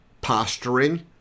posturing